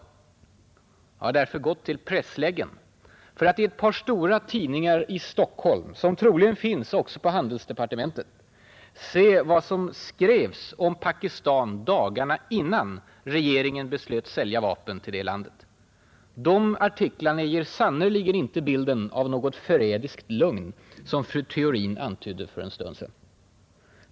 Jag har därför gått till pressläggen för att i ett par stora tidningar i Stockholm, som troligen finns också på handelsdepartementet, se vad som där skrevs om Pakistan dagarna innan regeringen beslöt sälja vapen till det landet. De artiklarna ger sannerligen inte bilden av något ”förrädiskt lugn”, som fru Theorin antydde för en stund sedan.